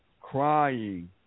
crying